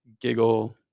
giggle